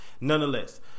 nonetheless